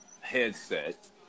headset